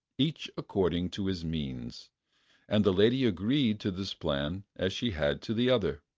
each according to his means and the lady agreed to this plan as she had to the other.